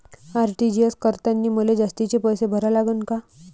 RTGS करतांनी मले जास्तीचे पैसे भरा लागन का?